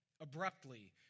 abruptly